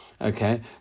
Okay